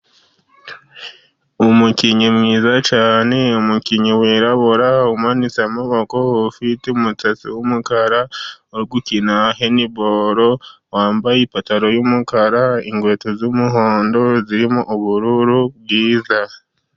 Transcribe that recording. Umukinnyi mwiza cyane, umukinnyi wirabura umanitse amaboko, ufite umusatsi w'umukara, uri gukina hendiboro, wambaye ipantaro y'umukara, inkweto z'umuhondo zirimo ubururu bwiza.